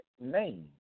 name